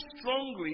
strongly